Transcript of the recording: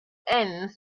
ends